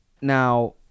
now